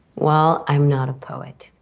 well, i'm not a poet.